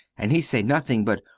and he say nothing but,